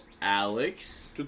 Alex